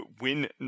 win